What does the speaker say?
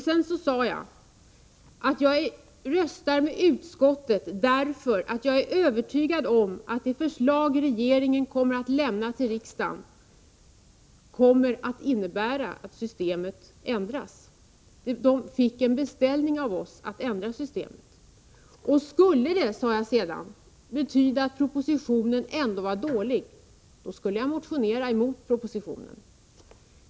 Sedan sade jag att jag röstade med utskottet därför att jag är övertygad om att det förslag regeringen skall lämna till riksdagen kommer att innebära att systemet ändras. Regeringen fick en beställning av riksdagen att ändra systemet. Skulle det, sade jag sedan, visa sig att propositionen ändå var dålig, skulle jag motionera emot propositionen.